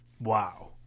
Wow